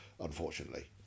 unfortunately